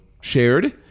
shared